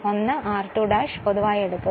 ഒന്ന് r2 ' പൊതുവായി എടുക്കുക